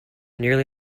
nearly